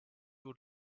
will